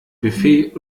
buffet